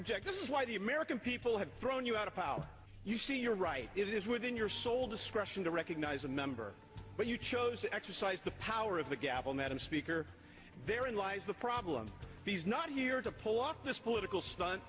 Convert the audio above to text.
object this is why the american people have thrown you out of power you see you're right it is within your sole discretion to recognize a member but you chose to exercise the power of the gavel madam speaker there in lies the problem he's not here to pull off this political stunt